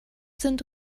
sind